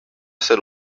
ser